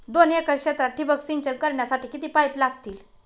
दोन एकर क्षेत्रात ठिबक सिंचन करण्यासाठी किती पाईप लागतील?